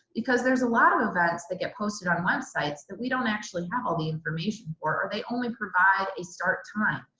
because there's a lot of events that get posted on websites that we don't actually have all the information for or they only provide a start time.